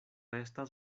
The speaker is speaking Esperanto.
estas